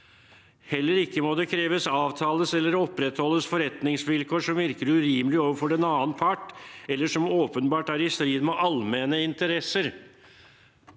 Heller ikke må det kreves, avtales eller opprettholdes forretningsvilkår som virker urimelig overfor den annen part eller som åpenbart er i strid med allmenne interesser.»